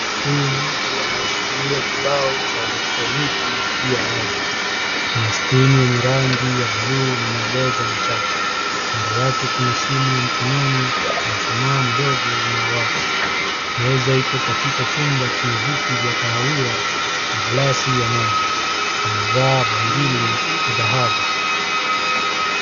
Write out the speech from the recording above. Huyu ni mtu anayeshikilia kibao cha elektroniki juu ya meza. Kina skrini enye rangi ya buluu na maelezo machache. Kando yake kuna simu ya mkononi na mshumaa mdogo unaowaka. Meza iko katika chumba chenye viti vya kahawia na glasi ya maji. Amevaa bangili ya dhahabu